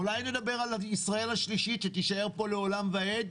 אולי נדבר על ישראל השלישית שתישאר פה לעולם ועד?